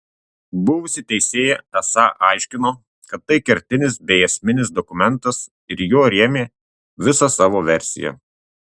buvusi teisėja esą aiškino kad tai kertinis bei esminis dokumentas ir juo rėmė visą savo versiją